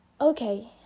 Okay